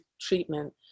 treatment